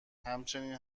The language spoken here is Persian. همچین